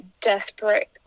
desperate